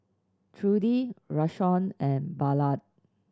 Trudie Rashawn and Ballard